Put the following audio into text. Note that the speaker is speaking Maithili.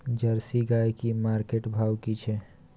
जर्सी गाय की मार्केट भाव की छै?